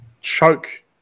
choke